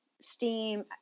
steam